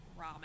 ramen